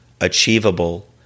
achievable